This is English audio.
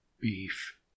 beef